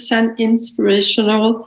Inspirational